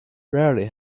rarely